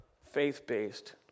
faith-based